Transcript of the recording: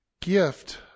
gift